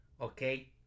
Okay